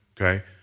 okay